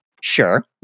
Sure